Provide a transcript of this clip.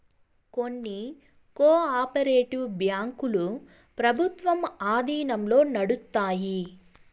కొన్ని co operative బ్యాంకులు ప్రభుత్వం ఆధీనంలో నడుత్తాయి